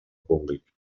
públic